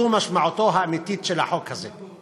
זו משמעותו האמיתית של החוק הזה.